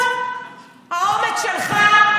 חבר הכנסת קרעי,